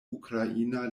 ukraina